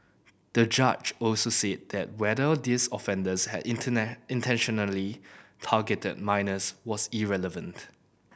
the judge also said that whether these offenders had intentionally targeted minors was irrelevant